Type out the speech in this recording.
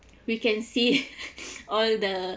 we can see all the